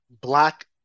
black